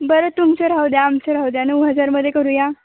बरं तुमचं राहू द्या आमचं राहू द्या नऊ हजारमध्ये करूया